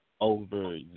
over